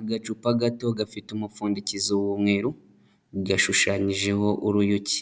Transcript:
Agacupa gato gafite umupfundikizo w'umweru, gashushanyijeho uruyuki.